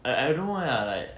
I I don't know why lah I like